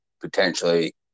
potentially